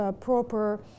proper